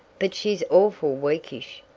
but she's awful weakish,